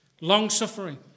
Long-suffering